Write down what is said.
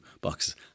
boxes